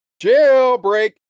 jailbreak